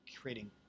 creating